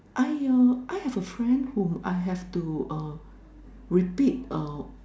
I uh I have a friend whom uh I have to repeat uh